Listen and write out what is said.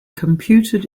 computed